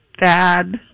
Bad